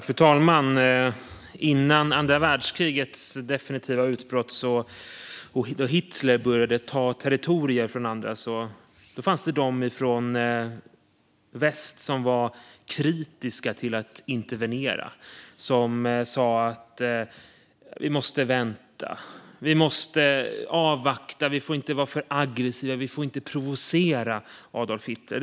Fru talman! Innan andra världskrigets definitiva utbrott hade Hitler börjat ta territorier av andra, och då fanns det de i väst som var kritiska till att intervenera och sa: "Vi måste vänta. Vi måste avvakta. Vi får inte vara för aggressiva. Vi får inte provocera Adolf Hitler."